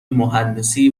مهندسی